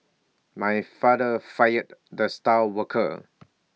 my father fired the star worker